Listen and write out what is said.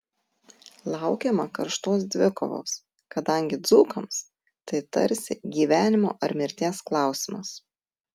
laukiama karštos dvikovos kadangi dzūkams tai tarsi gyvenimo ar mirties klausimas